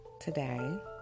today